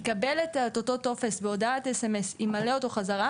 יקבל את אוטו טופס בהודעת סמס וימלא אותו בחזרה